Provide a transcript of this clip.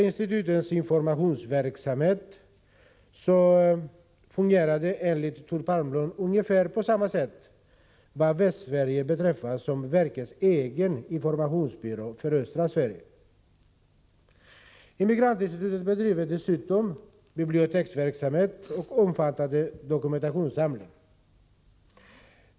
Institutets informationsverksamhet fungerar enligt Thord Palmlund vad Västsverige beträffar på ungefär samma sätt som invandrarverkets egen informationsverksamhet för östra Sverige. Immigrant-Institutet bedriver dessutom biblioteksverksamhet och har en omfattande dokumentationssamling.